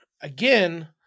again